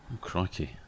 Crikey